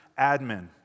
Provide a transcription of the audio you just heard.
admin